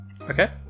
Okay